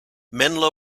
menlo